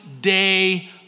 day